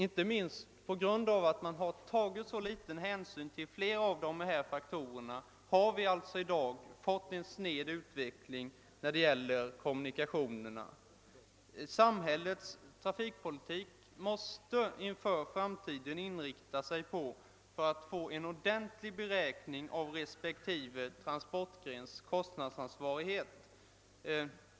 Inte minst på grund av att man har tagit så liten hänsyn till flera av de nämnda faktorerna har vi alltså i dag fått en sned utveckling av kommunikationerna. Samhällets tirafikpolitik måste inför framtiden grundas på en ordentlig beräkning av respektive transportgrens kostnadsansvarighet.